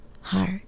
Heart